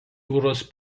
jūros